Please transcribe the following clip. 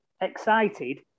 excited